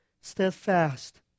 steadfast